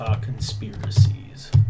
conspiracies